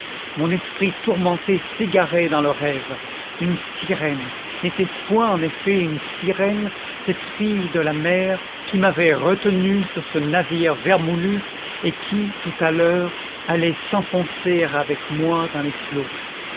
mon esprit tourmenté s'égarait dans le rêve une sirène n'était-ce point en effet une sirène cette fille de la mer qui m'avait retenu sur ce navire vermoulu et qui tout à l'heure allait s'enfoncer avec moi dans les flots